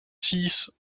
six